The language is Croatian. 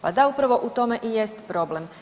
Pa da upravo u tome i jest problem.